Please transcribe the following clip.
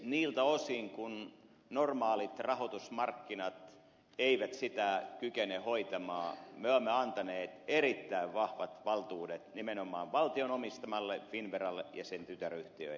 niiltä osin kuin normaalit rahoitusmarkkinat eivät sitä kykene hoitamaan me olemme antaneet erittäin vahvat valtuudet nimenomaan valtion omistamalle finnveralle ja sen tytäryhtiöille